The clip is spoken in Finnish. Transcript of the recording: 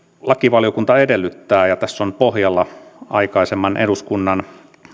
lakivaliokunta edellyttää ja tässä on pohjalla aikaisemman eduskunnan